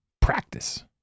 practice